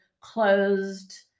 closed